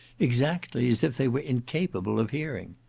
exactly as if they were incapable of hearing.